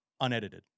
unedited